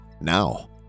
now